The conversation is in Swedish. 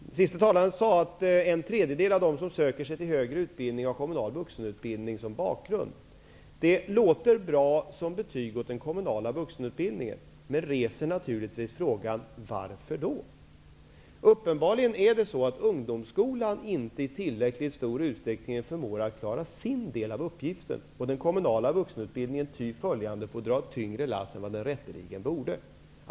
Den sista talaren sade att en tredjedel av de som söker sig till högre utbildning har kommunal vuxenutbildning som bakgrund. Det låter bra som betyg för den kommunala vuxenutbildningen. Men det här reser naturligtvis frågan: Varför då? Uppenbarligen förmår ungdomsskolan inte i tillräcklig utsträckning att klara sin del av uppgiften. Den kommunala vuxenutbildningen får följaktligen dra ett tyngre lass än den rätteligen borde.